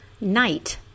night